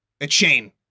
A-chain